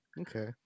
Okay